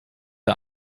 der